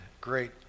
great